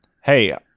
hey